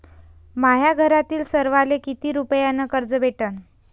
माह्या घरातील सर्वाले किती रुप्यान कर्ज भेटन?